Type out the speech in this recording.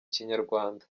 kinyarwanda